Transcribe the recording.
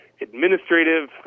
administrative